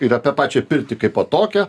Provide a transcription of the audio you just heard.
ir apie pačią pirtį kaipo tokią